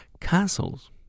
Castles